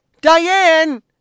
Diane